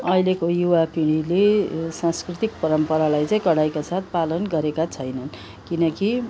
अहिलेको युवा पिँढीले सांस्कृतिक परम्परालाई चाहिँ पढाइका साथ पालन गरेका छैनन् किनकि